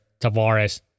Tavares